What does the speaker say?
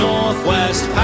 Northwest